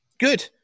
good